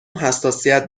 حساسیت